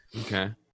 okay